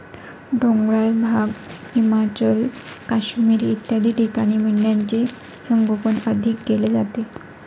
डोंगराळ भाग, हिमाचल, काश्मीर इत्यादी ठिकाणी मेंढ्यांचे संगोपन अधिक केले जाते